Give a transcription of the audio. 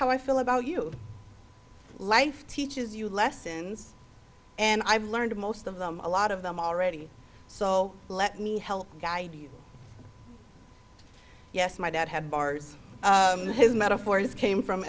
how i feel about you life teaches you lessons and i've learned most of them a lot of them already so let me help guide you yes my dad had bars his metaphors came from